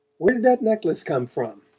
where did that necklace come from?